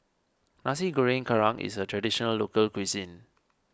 Nasi Goreng Kerang is a Traditional Local Cuisine